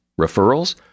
Referrals